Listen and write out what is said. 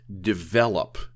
develop